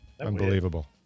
Unbelievable